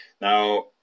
Now